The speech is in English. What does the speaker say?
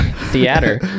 Theater